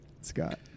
Scott